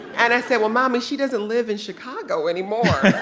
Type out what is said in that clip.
and i said well, mommy, she doesn't live in chicago anymore.